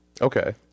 okay